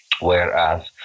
Whereas